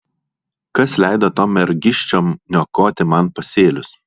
kas leido tom mergiščiom niokoti man pasėlius